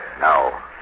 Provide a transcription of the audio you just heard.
Now